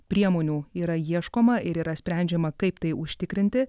priemonių yra ieškoma ir yra sprendžiama kaip tai užtikrinti